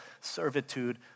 servitude